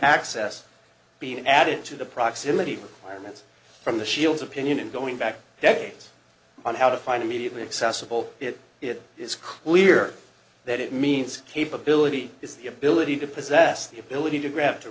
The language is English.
access being added to the proximity requirements from the shield's opinion in going back decades on how to find immediately accessible it is clear that it means capability is the ability to possess the ability to grab to